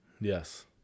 Yes